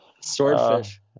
Swordfish